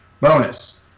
bonus